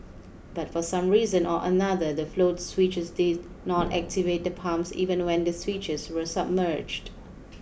but for some reason or another the float switches did not activate the pumps even when the switches were submerged